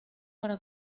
para